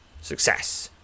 Success